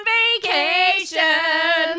vacation